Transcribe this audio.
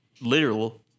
literal